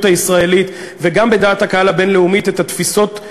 הישראלית וגם בדעת הקהל הבין-לאומית את התפיסות,